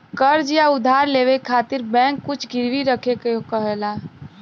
कर्ज़ या उधार लेवे खातिर बैंक कुछ गिरवी रखे क कहेला